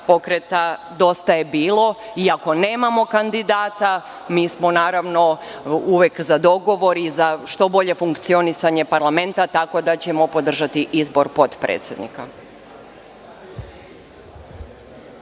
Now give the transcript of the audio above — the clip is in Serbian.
Pokreta „Dosta je bilo“. Iako nemamo kandidata, mi smo naravno uvek za dogovor i za što bolje funkcionisanje parlamenta, tako da ćemo podržati izbor potpredsednika.